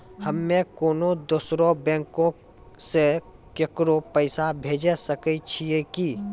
हम्मे कोनो दोसरो बैंको से केकरो पैसा भेजै सकै छियै कि?